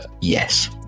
Yes